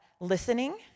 listening